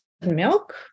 milk